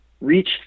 reach